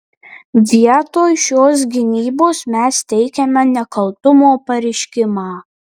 vietoj šios gynybos mes teikiame nekaltumo pareiškimą